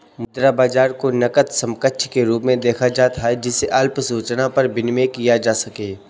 मुद्रा बाजार को नकद समकक्ष के रूप में देखा जाता है जिसे अल्प सूचना पर विनिमेय किया जा सके